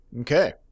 Okay